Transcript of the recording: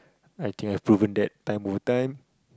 I thing I've proven that time over time